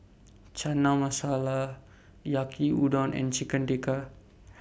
Chana Masala Yaki Udon and Chicken Tikka